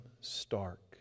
stark